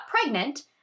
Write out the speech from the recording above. pregnant